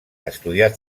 estudiat